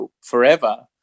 forever